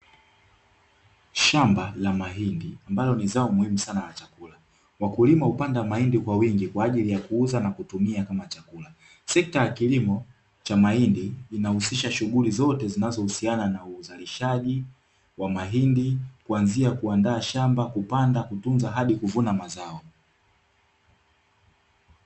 Shamba la mahindi, ambalo ni zao muhimu sana la chakula. Wakulima hupanda mahindi kwa wingi kwa ajili ya kuuza na kutumia kama chakula. Sekta ya kilimo cha mahindi inahusisha shughuli zote zinazohusiana na uzalishaji wa mahindi kuanzia kuandaa shamba, kupanda, kutunza hadi kuvuna mazao.